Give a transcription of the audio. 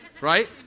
Right